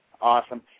Awesome